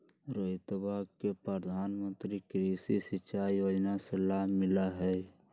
रोहितवा के प्रधानमंत्री कृषि सिंचाई योजना से लाभ मिला हई